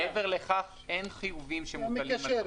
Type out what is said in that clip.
מעבר לכך אין חיובים שמוטלים.